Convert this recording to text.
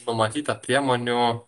numatyta priemonių